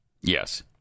Yes